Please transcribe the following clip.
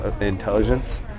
intelligence